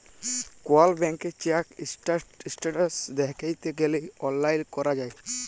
call ব্যাংকের check status দ্যাইখতে গ্যালে অললাইল ক্যরা যায়